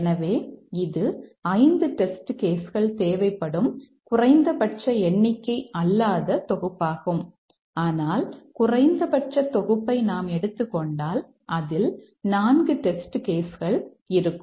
எனவே இது 5 test case கள் இருக்கும்